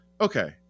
okay